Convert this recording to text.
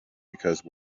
because